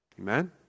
Amen